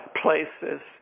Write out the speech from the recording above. places